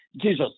Jesus